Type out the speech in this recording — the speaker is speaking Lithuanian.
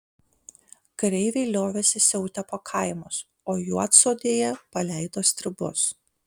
kareiviai liovėsi siautę po kaimus o juodsodėje paleido stribus